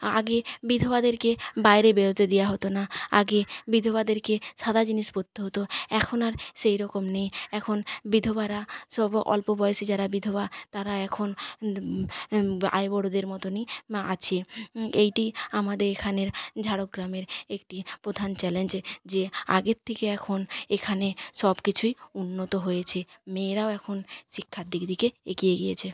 আগে বিধবাদেরকে বাইরে রেরোতে দেওয়া হতো না আগে বিধবাদেরকে সাদা জিনিস পরতে হতো এখন আর সেই রকম নেই এখন বিধবারা সব অল্প বয়সে যারা বিধবা তারা এখন আইবুড়দের মতনই আছে এইটি আমাদের এখানের ঝাড়গ্রামের একটি প্রধান চ্যালেঞ্জ যে যে আগের থেকে এখন এখানে সব কিছুই উন্নত হয়েছে মেয়েরাও এখন শিক্ষার দিক দিকে এগিয়ে গিয়েছে